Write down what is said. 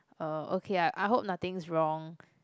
uh okay I I hope nothing's wrong